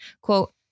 quote